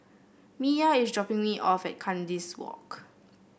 Miya is dropping me off at Kandis Walk